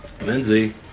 Lindsay